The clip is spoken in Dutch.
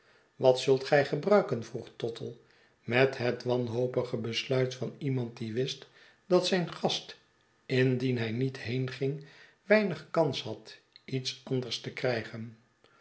wat zult gij gebruiken vroeg tottle met het wanhopige besluit van iemand die wist dat zijn gast indien hij niet heenging weinigkans had iets anders te krijgen